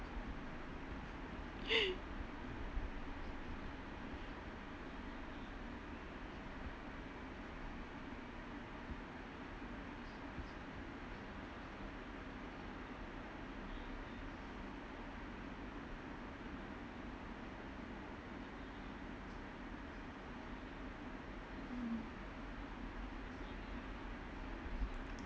mm